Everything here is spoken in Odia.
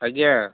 ଆଜ୍ଞା